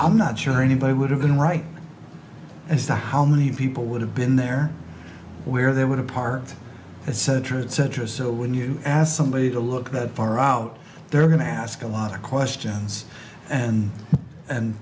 i'm not sure anybody would have been right as to how many people would have been there where they would have parked etc etc so when you ask somebody to look that far out they're going to ask a lot of questions and and